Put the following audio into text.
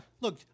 Look